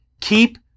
keep